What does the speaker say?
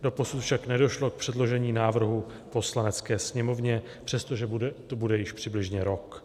Doposud však nedošlo k předložení návrhu Poslanecké sněmovně, přestože to bude již přibližně rok.